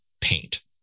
paint